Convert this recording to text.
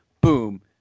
Boom